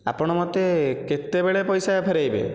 ଆପଣ ମୋତେ କେତେବେଳେ ପଇସା ଫେରାଇବେ